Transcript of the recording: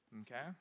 okay